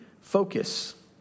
focus